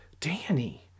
Danny